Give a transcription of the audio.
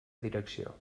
direcció